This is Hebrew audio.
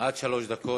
עד שלוש דקות.